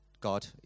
God